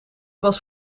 was